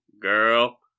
Girl